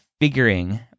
figuring